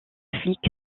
flics